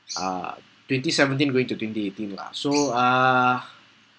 uh twenty seventeen going to twenty eighteen lah so uh